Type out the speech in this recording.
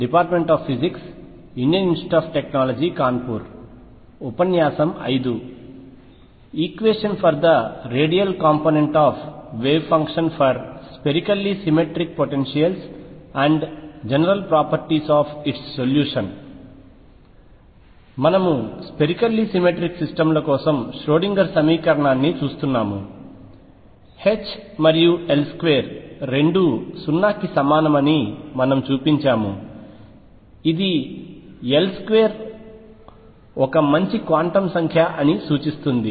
H మరియు L2 రెండూ 0 కి సమానమని మనము చూపించాము ఇది L2 ఒక మంచి క్వాంటం సంఖ్య అని సూచిస్తుంది